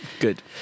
good